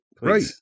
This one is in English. Right